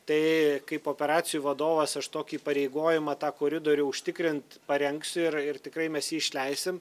tai kaip operacijų vadovas aš tokį įpareigojimą tą koridorių užtikrint parengsiu ir ir tikrai mes jį išleisim